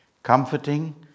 Comforting